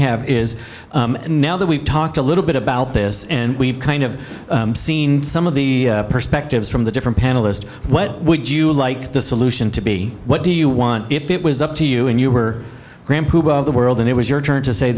is now that we've talked a little bit about this and we've kind of seen some of the perspectives from the different panelists what would you like the solution to be what do you want it was up to you and you were the world and it was your turn to say